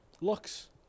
looks